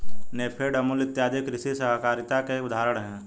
नेफेड, अमूल इत्यादि कृषि सहकारिता के उदाहरण हैं